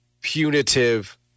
punitive